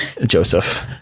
Joseph